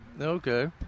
Okay